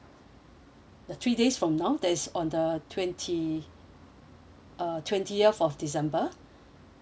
the three days from now that is on the twenty uh twentieth of december